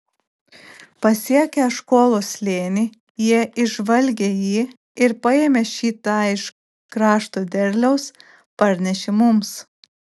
pasiekę eškolo slėnį jie išžvalgė jį ir paėmę šį tą iš krašto derliaus parnešė mums